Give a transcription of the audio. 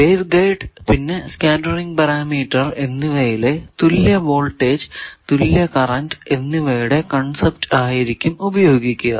wave guide പിന്നെ scattering parameter എന്നിവയിലെ തുല്യ വോൾടേജ് തുല്യ കറന്റ് എന്നിവയുടെ കൺസെപ്റ്റ് ആയിരിക്കും ഉപയോഗിക്കുക